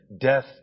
Death